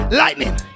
lightning